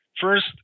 first